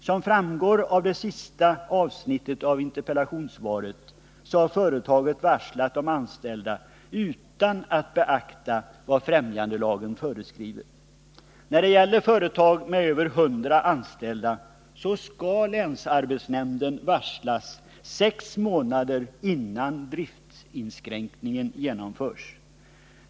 Såsom framgår av det sista avsnittet i interpellationssvaret har företaget varslat de anställda utan att beakta vad främjandelagen föreskriver. När det gäller företag med över 100 anställda skall länsarbetsnämnden varslas sex månader innan driftinskränkningen genomförs.